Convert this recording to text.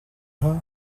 her